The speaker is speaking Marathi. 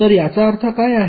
तर याचा अर्थ काय आहे